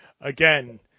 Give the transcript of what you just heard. Again